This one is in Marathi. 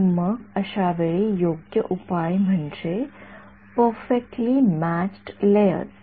तर मग अशा वेळी योग्य उपाय म्हणजे परफेक्टली म्यॅच्ड लेयर्स